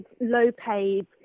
low-paid